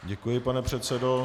Děkuji, pane předsedo.